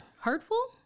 hurtful